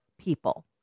people